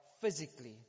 physically